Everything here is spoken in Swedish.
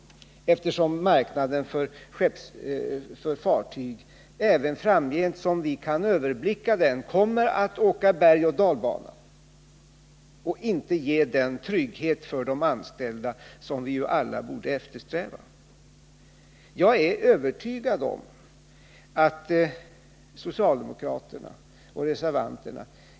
Marknaden för fartyg kommer nämligen, så långt vi kan överblicka framtiden, att åka berg och dalbana och inte ge den trygghet för de anställda som vi alla borde eftersträva.